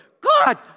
God